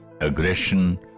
aggression